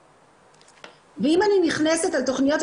ואם אני נכנסת לתכניות,